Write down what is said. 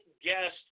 guest